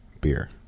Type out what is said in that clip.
beer